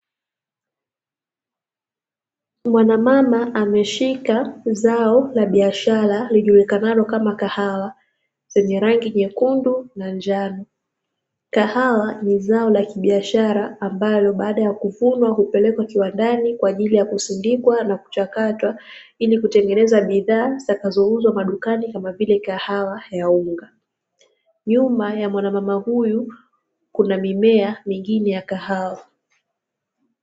Mwanamama ameshika zao la biashara lijulikanalo kama kahawa, zenye rangi nyekundu na njano. Kahawa ni zao la kibiashara ambalo baada ya kuvunwa, hupelekwa kiwandani kwa ajili ya kusindikwa na kuchakatwa, ili kutengeneza bidhaa zitakazouzwa madukani, kama vile kahawa ya unga. Nyuma ya mwanamama huyu, kuna mimea mingine ya kahawa.